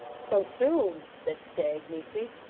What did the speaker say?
so soon said stagg, meekly.